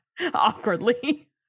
awkwardly